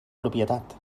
propietat